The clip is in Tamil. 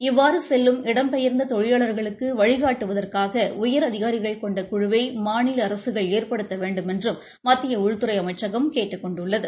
இவ்வாறு செல்லும் இடம்பெயா்ந்த தொழிலாளா்களுக்கு வழிகாட்டுவதற்காக உயரதிகாரிகள் கொண்ட குழுவை மாநில அரசுகள் ஏற்படுத்த வேண்டுமென்றும் மத்திய உள்துறை அமைச்சகம் கேட்டுக் கொண்டுள்ளது